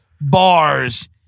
bars